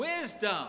Wisdom